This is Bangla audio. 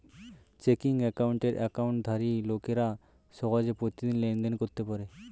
চেকিং অ্যাকাউন্টের অ্যাকাউন্টধারী লোকেরা সহজে প্রতিদিন লেনদেন করতে পারে